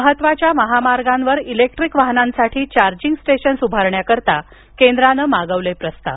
महत्वाच्या महामार्गांवर इलेक्ट्रीक वाहनांसाठी चार्जिंग स्टेशन्स उभारण्याकरिता केंद्रानं मागवले प्रस्ताव